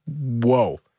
Whoa